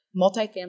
multifamily